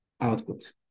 output